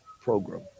program